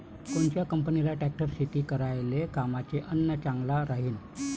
कोनच्या कंपनीचा ट्रॅक्टर शेती करायले कामाचे अन चांगला राहीनं?